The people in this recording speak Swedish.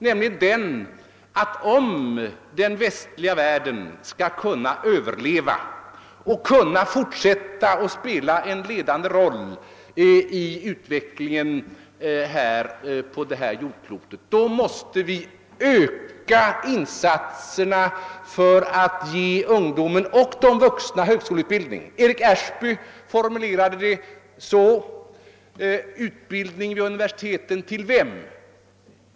De sade, att om den västliga världen skulle kunna överleva och fortsätta att spela en ledande roll i utvecklingen på vårt klot, så måste vi öka insatserna för att ge unga och äldre högre utbildning. Eric Ashby formulerade det så: Utbildning på universitet — till vem?